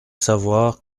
savoir